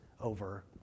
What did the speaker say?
over